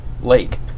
lake